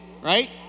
right